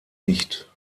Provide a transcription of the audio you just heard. nicht